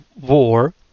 War